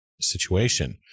situation